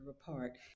apart